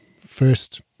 first